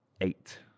eight